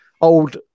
old